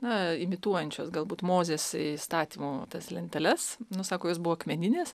na imituojančios galbūt mozės įstatymų tas lenteles nu sako jos buvo akmeninės